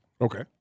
Okay